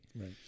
Right